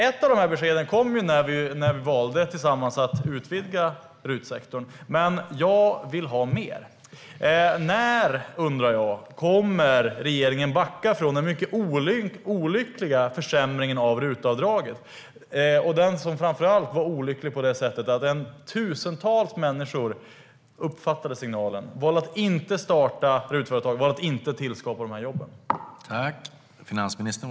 Ett av beskeden kom när vi tillsammans valde att utvidga RUT-sektorn, men jag vill ha mer. När kommer regeringen att backa från den mycket olyckliga försämringen av RUT-avdraget? Den var framför allt olycklig på det sättet att tusentals människor uppfattade signalen och valde att inte starta RUT-företag och därmed att inte skapa jobben.